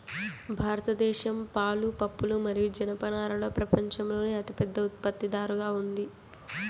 భారతదేశం పాలు, పప్పులు మరియు జనపనారలో ప్రపంచంలోనే అతిపెద్ద ఉత్పత్తిదారుగా ఉంది